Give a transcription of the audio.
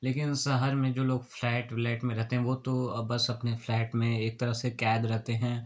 लेकिन शहर में जो लोग फ्लैट ओलैट में रहते हैं वो तो बस अपने फ्लैट में एक तरह से कैद रहते हैं